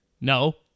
No